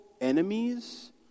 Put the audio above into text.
enemies